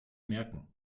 merken